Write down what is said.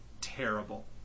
terrible